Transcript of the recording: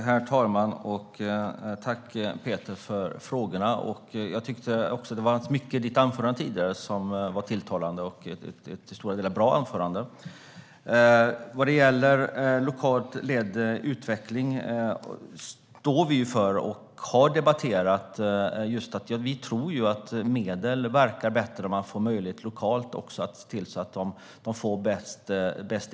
Herr talman! Tack, Peter, för frågorna! Jag tyckte att det fanns mycket i ditt anförande tidigare som var tilltalande. Det var ett till stora delar bra anförande. Vad gäller lokalt ledd utveckling står vi för och har vi debatterat just att vi tror att medel verkar bättre om man lokalt får möjlighet att se till att de får bäst effekt.